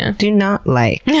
and do not like. yeah